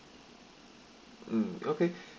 mm okay